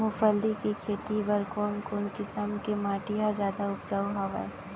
मूंगफली के खेती बर कोन कोन किसम के माटी ह जादा उपजाऊ हवये?